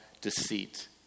deceit